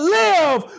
live